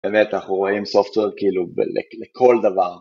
באמת אנחנו רואים software כאילו לכל דבר